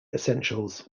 essentials